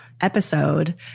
episode